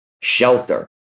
shelter